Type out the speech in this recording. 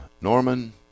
Norman